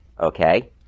okay